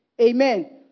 Amen